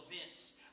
events